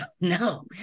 No